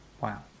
Wow